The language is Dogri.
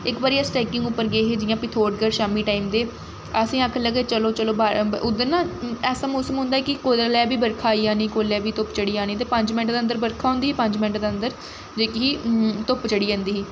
इक बारी अस ट्रैकिंग उप्पर गे हे जि'यां पिथोरगढ़ शामी टाइम ते असें गी आखन लगे चलो चलो उद्धर ना ऐसा मौसम होंदा ऐ कि कुसै लै बी बरखा आई जानी कुसै लै बी धुप्प चढ़ी जानी ते पंज मैंट दे अन्दर बरखा होंदी पंज मैंट दे अन्दर जेह्की ही धुप्प चढ़ी जंदी ही